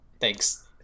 thanks